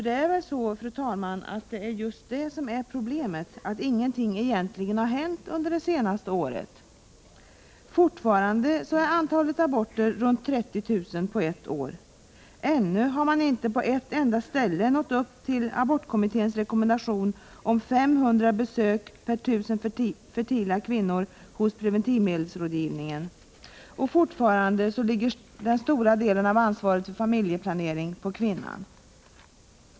Det är väl, fru talman, just det som är problemet — att inget egentligen hänt under det senaste året. Fortfarande är antalet aborter runt 30 000 på ett år, ännu har man inte på ett enda ställe nått upp till abortkommitténs rekommendation om 500 besök per 1 000 fertila kvinnor hos preventivmedelsrådgivningen, och fortfarande ligger den stora delen av ansvaret för familjeplaneringen på kvinnan.